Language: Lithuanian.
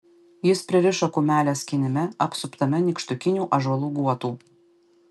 jis pririšo kumelę skynime apsuptame nykštukinių ąžuolų guotų